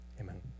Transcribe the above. Amen